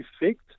effect